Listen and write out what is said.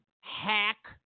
hack